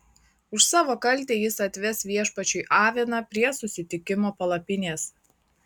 už savo kaltę jis atves viešpačiui aviną prie susitikimo palapinės